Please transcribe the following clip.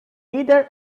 either